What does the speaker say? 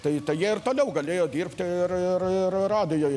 tai tai jie ir toliau galėjo dirbti ir ir ir radijuj